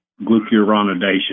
glucuronidation